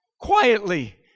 quietly